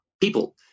people